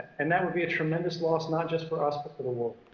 and that would be a tremendous loss, not just for us, but for the world.